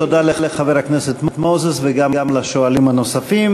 תודה לחבר הכנסת מוזס וגם לשואלים הנוספים.